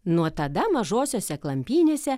nuo tada mažosiose klampynėse